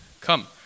Come